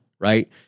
right